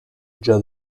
già